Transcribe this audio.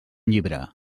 llibre